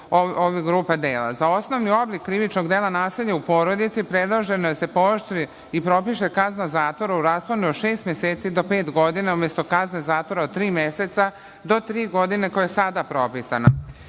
ove grupe dela.Za osnovni oblik krivičnog dela nasilja u porodici predloženo je da se pooštri i propiše kazna zatvora u rasponu od šest meseci do pet godina umesto kazne zatvora od tri meseca do tri godine, koja je sada propisana. Predloženo